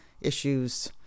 issues